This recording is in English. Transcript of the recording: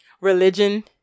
religion